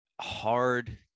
hard